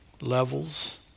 levels